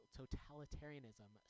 totalitarianism